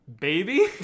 Baby